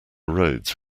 roads